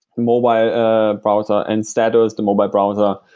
mobile ah browser and status, the mobile browser.